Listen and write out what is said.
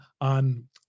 on